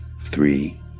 three